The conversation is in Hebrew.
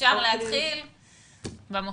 ושאפשר יהיה להתחיל במופעים.